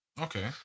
Okay